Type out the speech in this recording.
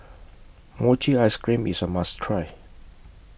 Mochi Ice Cream IS A must Try